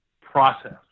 process